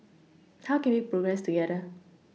how can we progress together